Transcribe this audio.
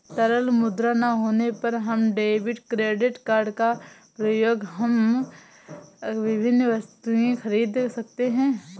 तरल मुद्रा ना होने पर हम डेबिट क्रेडिट कार्ड का प्रयोग कर हम विभिन्न वस्तुएँ खरीद सकते हैं